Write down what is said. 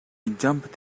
jumped